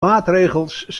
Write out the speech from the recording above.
maatregels